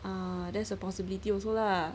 uh thats a possibility also lah